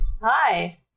Hi